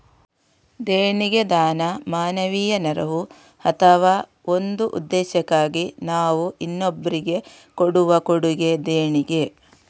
ದೇಣಿಗೆ ದಾನ, ಮಾನವೀಯ ನೆರವು ಅಥವಾ ಒಂದು ಉದ್ದೇಶಕ್ಕಾಗಿ ನಾವು ಇನ್ನೊಬ್ರಿಗೆ ಕೊಡುವ ಕೊಡುಗೆ ದೇಣಿಗೆ